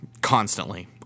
constantly